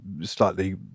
slightly